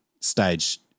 stage